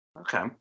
Okay